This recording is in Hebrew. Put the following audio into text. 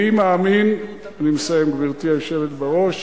אני מסיים, גברתי היושבת בראש.